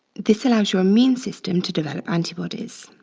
this allows your immune system to develop antibodies.